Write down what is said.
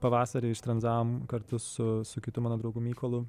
pavasarį ištranzavom kartu su su kitu mano draugu mykolu